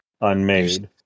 unmade